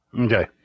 Okay